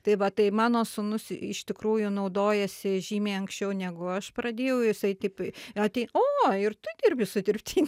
tai va tai mano sūnus iš tikrųjų naudojasi žymiai anksčiau negu aš pradėjau jisai taip atei o ir tu dirbi su dirbtiniu